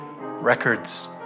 records